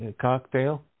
Cocktail